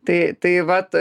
tai tai vat